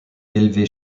élevé